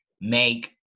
make